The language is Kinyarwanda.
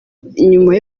nyuma